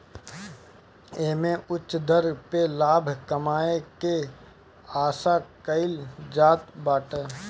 एमे उच्च दर पे लाभ कमाए के आशा कईल जात बाटे